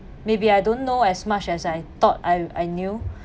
maybe I don't know as much as I thought I I knew